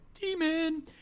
demon